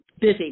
busy